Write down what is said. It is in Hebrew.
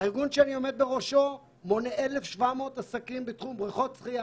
הארגון שאני עומד בראשו מונה 1,700 עסקים בתחום בריכות שחייה,